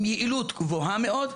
עם יעילות גבוהה מאוד,